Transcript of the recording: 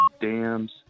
dams